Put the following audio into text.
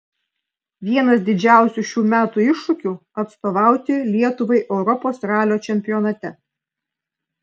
vienas didžiausių šių metų iššūkių atstovauti lietuvai europos ralio čempionate